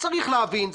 צריך להבין,